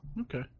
Okay